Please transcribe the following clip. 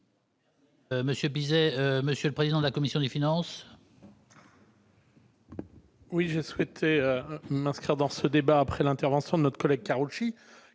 monsieur le président de la commission des finances. Oui, j'ai souhaité m'inscrire dans ce débat après l'intervention de notre collègue Karoutchi